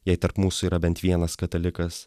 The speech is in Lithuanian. jei tarp mūsų yra bent vienas katalikas